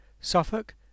Suffolk